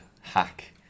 hack